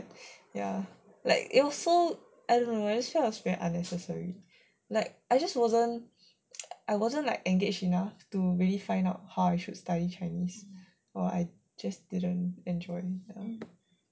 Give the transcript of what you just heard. ya like it was so I don't know I just feel that it was very unnecessary like I just wasn't I wasn't like engaged enough to really find out how I should study chinese or I just didn't enjoy them